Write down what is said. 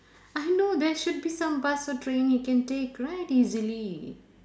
I know there should be some bus or train he can take right easily